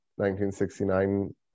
1969